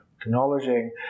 acknowledging